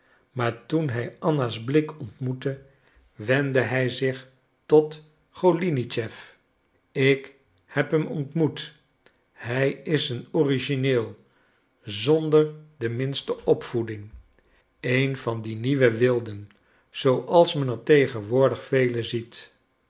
maar toen hij anna's blik ontmoette wendde hij zich tot golinitschef ik heb hem ontmoet hij is een origineel zonder de minste opvoeding een van die nieuwe wilden zooals men er tegenwoordig velen ziet